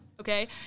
okay